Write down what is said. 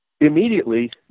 immediately